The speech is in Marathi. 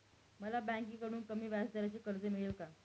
मला बँकेकडून कमी व्याजदराचे कर्ज मिळेल का?